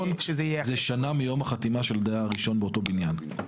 זה שנה מיום החתימה של הדייר הראשון באותו הבניין.